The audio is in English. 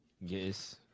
Yes